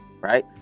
right